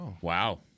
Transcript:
wow